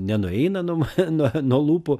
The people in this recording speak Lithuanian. nenueina nuo m nuo nuo lūpų